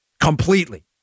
completely